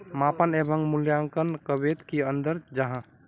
मापन एवं मूल्यांकन कतेक की अंतर जाहा?